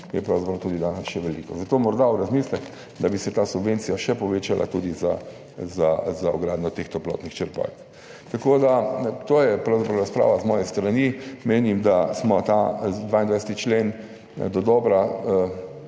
je pravzaprav tudi danes še veliko. Zato morda v razmislek, da bi se ta subvencija še povečala tudi za vgradnjo teh toplotnih črpalk. To je pravzaprav razprava z moje strani. Menim, da smo ta 22. člen dodobra